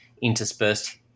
interspersed